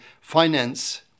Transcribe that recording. finance